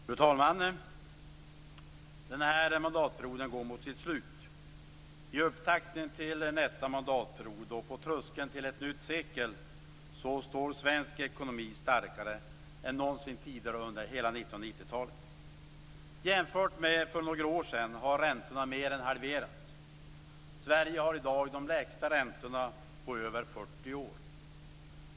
Fru talman! Den här mandatperioden går nu mot sitt slut. I upptakten till nästa mandatperiod och på tröskeln till ett nytt sekel står svensk ekonomi starkare än någonsin tidigare under hela 1990-talet. Jämfört med för några år sedan har räntorna mer än halverats. Sverige har i dag de lägsta räntorna på över 40 år.